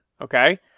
okay